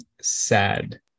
sad